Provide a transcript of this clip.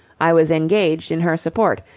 i was engaged in her support,